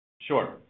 Sure